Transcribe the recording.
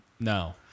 No